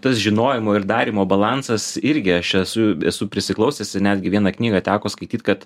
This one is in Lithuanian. tas žinojimo ir darymo balansas irgi aš esu esu prisiklausęs ir netgi vieną knygą teko skaityt kad